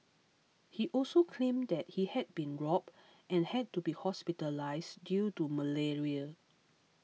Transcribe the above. he also claimed that he had been robbed and had to be hospitalised due to malaria